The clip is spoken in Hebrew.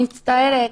מצטערת,